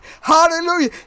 Hallelujah